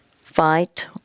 fight